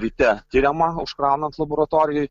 ryte tiriama užkraunant laboratorijoj